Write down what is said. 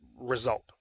result